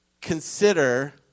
Consider